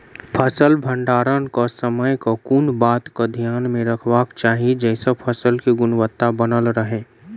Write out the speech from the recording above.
फसल भण्डारण केँ समय केँ कुन बात कऽ ध्यान मे रखबाक चाहि जयसँ फसल केँ गुणवता बनल रहै?